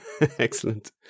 Excellent